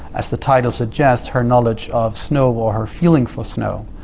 as the title suggests, her knowledge of snow, or her feeling for snow.